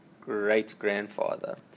great-grandfather